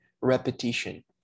repetition